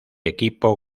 equipo